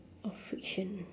of friction